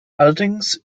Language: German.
allerdings